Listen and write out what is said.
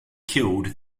killed